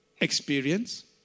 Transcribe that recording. experience